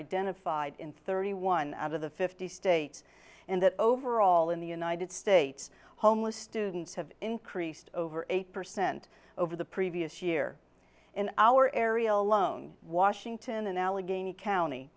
identified in thirty one out of the fifty states and that overall in the united states homeless students have increased over eight percent over the previous year in our area alone washington and allegheny county